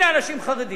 הנה אנשים חרדים,